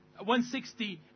160